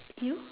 yup